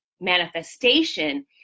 manifestation